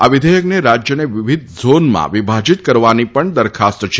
આ વિધેયકને રાજ્યને વિવિધ ઝોનમાં વિભાજીત કરવાની પણ દરખાસ્ત છે